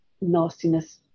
nastiness